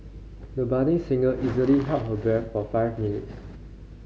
the budding singer easily held her breath for five minutes